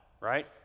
right